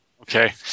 okay